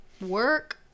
work